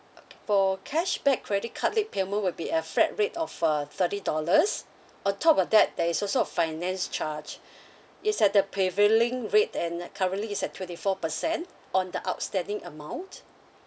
okay for cashback credit card late payment will be a flat rate of uh thirty dollars on top of that there is also a finance charge is at the prevailing rate and like currently is at twenty four percent on the outstanding amount